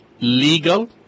legal